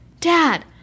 Dad